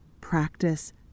practice